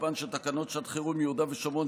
תוקפן של תקנות שעת חירום (יהודה והשומרון,